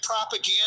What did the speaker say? propaganda